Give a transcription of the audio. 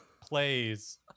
plays